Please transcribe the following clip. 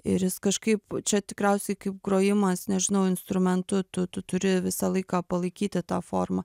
ir jis kažkaip va čia tikriausiai kaip grojimas nežinau instrumentu tu tu turi visą laiką palaikyti tą formą